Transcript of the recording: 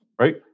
right